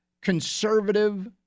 conservative